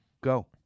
Go